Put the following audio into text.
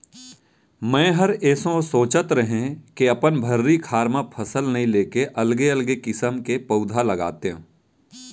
मैंहर एसो सोंचत रहें के अपन भर्री खार म फसल नइ लेके अलगे अलगे किसम के पउधा लगातेंव